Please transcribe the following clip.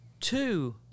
two